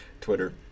Twitter